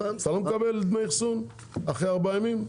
אתה לא מקבל דמי אחסון אחרי ארבעה ימים?